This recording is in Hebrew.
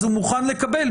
אז הוא מוכן לקבל,